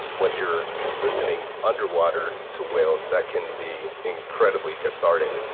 when you're listening underwater, to whales, that can be incredibly cathartic.